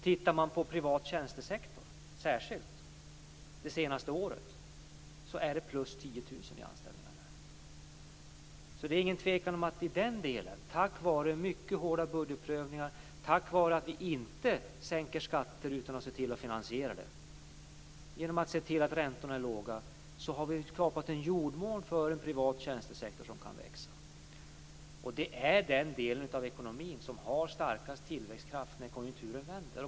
Tittar man särskilt på privat tjänstesektor det senaste året finner man att antalet anställningar där ligger på +10 000. Det råder inget tvivel om att vi i den delen, tack vare mycket hårda budgetprövningar, tack vare att vi inte sänker skatter utan att se till att finansiera sänkningarna och genom att se till att räntorna är låga, har skapat en jordmån för en privat tjänstesektor som kan växa. Det är den delen av ekonomin som har starkast tillväxtkraft när konjunkturen vänder.